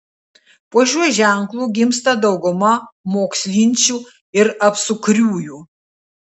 po šiuo ženklu gimsta dauguma mokslinčių ir apsukriųjų